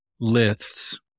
lifts